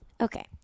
Okay